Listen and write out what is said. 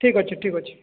ଠିକ୍ ଅଛି ଠିକ୍ ଅଛି